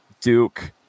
Duke